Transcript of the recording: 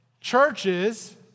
churches